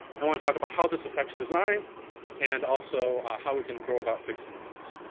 i want to talk about how this affects design and also ah how we can go about fixing things?